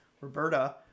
Roberta